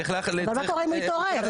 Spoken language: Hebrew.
אבל מה קורה אם הוא התעורר?